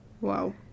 Wow